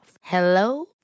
Hello